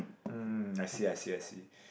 mm I see I see I see